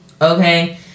okay